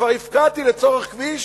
כבר הפקעתי לצורך כביש,